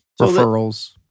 Referrals